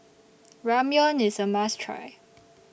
Ramyeon IS A must Try